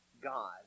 God